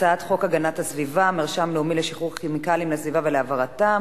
הצעת חוק הגנת הסביבה (מרשם לאומי לשחרור כימיקלים לסביבה ולהעברתם),